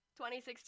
2016